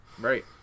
Right